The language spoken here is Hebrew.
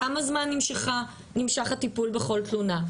כמה זמן נמשך הטיפול בכל תלונה,